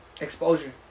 exposure